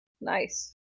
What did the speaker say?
nice